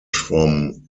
from